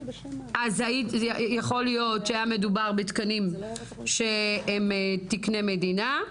יכול להיות שהיה מדובר בתקנים שהם תקני מדינה,